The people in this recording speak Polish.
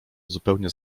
zupełnie